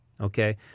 okay